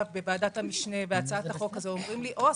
בוועדת המשנה על הצעת החוק הזאת אומרות לי: הו,